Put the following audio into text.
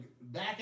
back